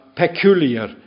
peculiar